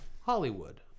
Hollywood